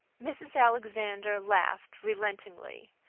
mrs. alexander laughed relentingly.